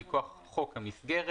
מכוח חוק המסגרת,